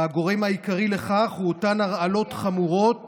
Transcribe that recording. והגורם העיקרי לכך הוא אותן הרעלות חמורות